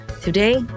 Today